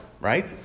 right